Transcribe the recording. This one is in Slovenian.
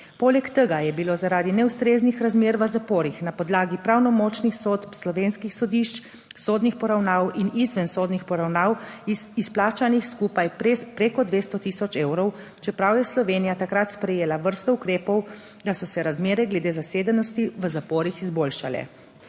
Poleg tega je bilo zaradi neustreznih razmer v zaporih na podlagi pravnomočnih sodb slovenskih sodišč, sodnih poravnav in izvensodnih poravnav izplačanih skupaj preko 200 tisoč evrov, čeprav je Slovenija takrat sprejela vrsto ukrepov, da so se razmere glede zasedenosti v zaporih izboljšale.